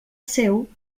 seu